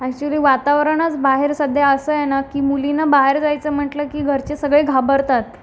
actually वातावरणच बाहेर सध्या असं आहे ना की मुलींना बाहेर जायचं म्हटलं की घरचे सगळे घाबरतात